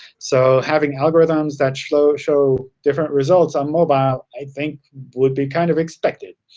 so having algorithms that show show different results on mobile i think would be kind of expected.